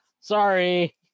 sorry